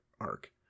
arc